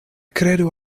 kredu